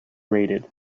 rated